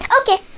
Okay